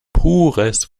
pures